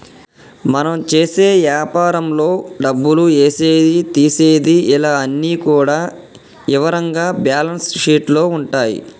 మనం చేసే యాపారంలో డబ్బులు ఏసేది తీసేది ఇలా అన్ని కూడా ఇవరంగా బ్యేలన్స్ షీట్ లో ఉంటాయి